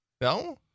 No